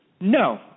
No